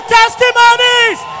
testimonies